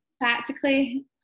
practically